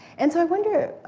and so, i wonder,